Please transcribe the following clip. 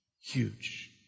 Huge